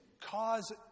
cause